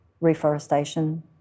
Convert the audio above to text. reforestation